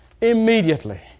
immediately